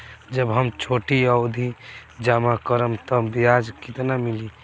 जब हम छोटी अवधि जमा करम त ब्याज केतना मिली?